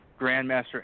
grandmaster